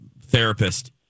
therapist